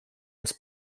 uns